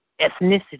ethnicity